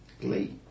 glee